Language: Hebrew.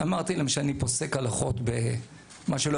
אמרתי להם שאני פוסק הלכות מה שלא